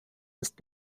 ist